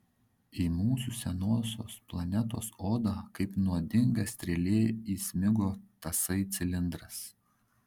į mūsų senosios planetos odą kaip nuodinga strėlė įsmigo tasai cilindras